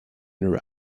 iraq